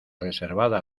reservada